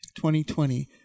2020